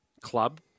club